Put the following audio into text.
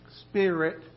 Spirit